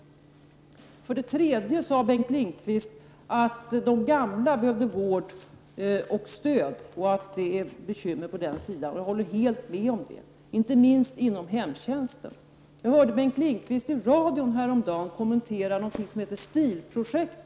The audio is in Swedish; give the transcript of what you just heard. Bengt Lindqvist sade att de gamla behöver vård och stöd och att det finns bekymmer i fråga om detta. Jag håller med om det. Detta gäller inte minst inom hemtjänsten. Jag hörde att Bengt Lindqvist i radion häromdagen kommenterade något som heter STIL-projektet.